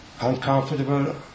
uncomfortable